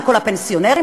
לכל הפנסיונרים?